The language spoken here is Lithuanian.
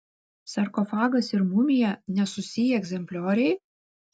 sarkofagas ir mumija nesusiję egzemplioriai